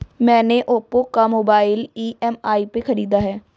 मैने ओप्पो का mobile EMI पे खरीदा है